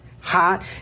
hot